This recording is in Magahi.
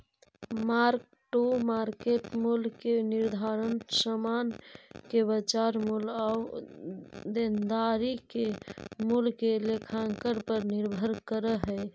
मार्क टू मार्केट मूल्य के निर्धारण समान के बाजार मूल्य आउ देनदारी के मूल्य के लेखांकन पर निर्भर करऽ हई